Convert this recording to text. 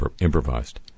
improvised